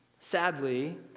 sadly